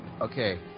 Okay